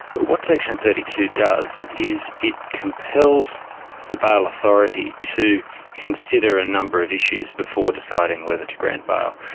what section thirty two does is it compels the bail authority to consider a number of issues before deciding whether to grant bail.